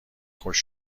خوش